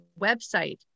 website